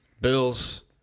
Bills